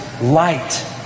light